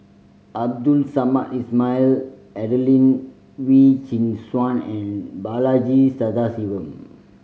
Abdul Samad Ismail Adelene Wee Chin Suan and Balaji Sadasivan